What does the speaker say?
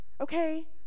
Okay